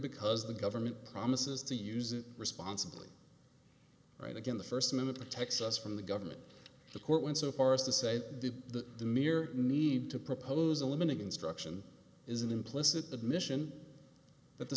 because the government promises to use it responsibly right again the first minute protects us from the government the court went so far as to say that the mere need to propose eliminate instruction is an implicit admission that the